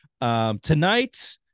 Tonight